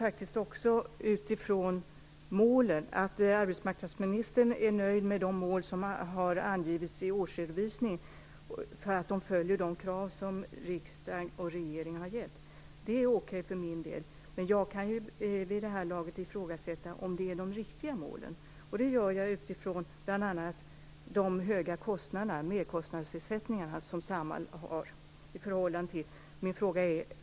Att arbetsmarknadsministern är nöjd med de mål som har angivits i årsredovisningen för att de följer de krav som riksdagen och regeringen har ställt är okej för min del. Men jag kan vid detta lag ifrågasätta om det är de riktiga målen. Det gör jag utifrån bl.a. de höga medkostnadsersättningar som Samhall har.